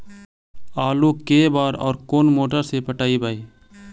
आलू के बार और कोन मोटर से पटइबै?